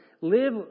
live